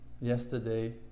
Yesterday